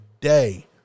day